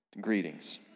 greetings